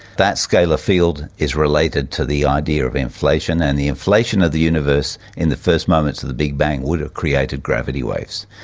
that scalar field is related to the idea of inflation, and the inflation of the universe in the first moments of the big bang would have created gravity waves.